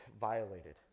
violated